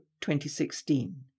2016